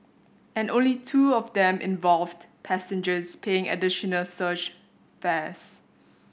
and only two of them involved passengers paying additional surge fares